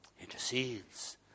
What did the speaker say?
intercedes